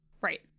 right